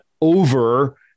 over